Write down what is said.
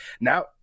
Now